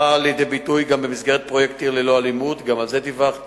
באה לידי ביטוי גם במסגרת פרויקט "עיר ללא אלימות" גם על זה דיווחתי,